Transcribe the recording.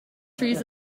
trees